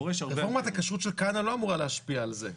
רפורמת הכשרות של כהנא לא אמורה להשפיע על זה.